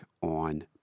on